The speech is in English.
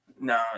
No